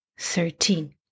thirteen